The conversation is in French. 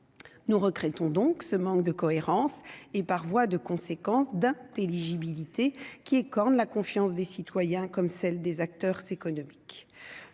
nous regrettons donc ce manque de cohérence et par voie de conséquence d'intelligibilité qui écorne la confiance des citoyens comme celle des acteurs économiques,